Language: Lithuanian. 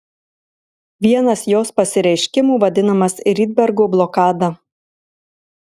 vienas jos pasireiškimų vadinamas rydbergo blokada